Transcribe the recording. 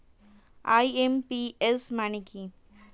IMPS মানে কি?